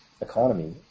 economy